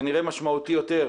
כנראה משמעותי יותר,